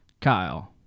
Kyle